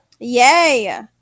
Yay